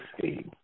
see